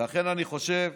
לכן אני חושב,